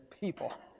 people